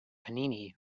panini